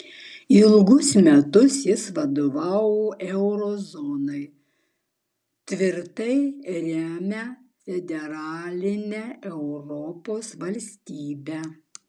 ilgus metus jis vadovavo euro zonai tvirtai remia federalinę europos valstybę